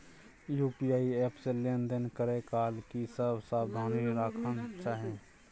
UPI app से लेन देन करै काल की सब सावधानी राखना चाही?